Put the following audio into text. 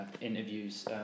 interviews